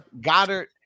Goddard